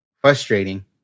frustrating